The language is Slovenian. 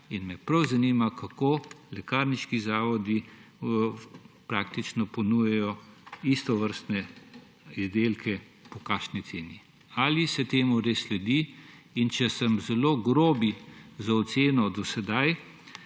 in me prav zanima, kako lekarniški zavodi ponujajo istovrstne izdelke po kakšni ceni ali se temu res sledi. In če sem zelo grob za oceno do sedaj,